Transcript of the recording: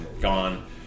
gone